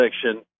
section